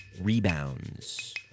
rebounds